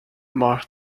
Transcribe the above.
more